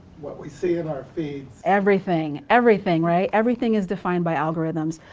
what we see in our feeds. everything, everything, right. everything is defined by algorithms.